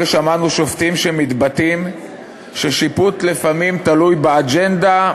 שמענו שופטים שמתבטאים ששיפוט לפעמים תלוי באג'נדה,